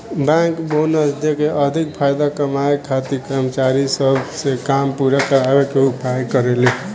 bank bonus देके अधिका फायदा कमाए खातिर कर्मचारी सब से काम पूरा करावे के उपाय करेले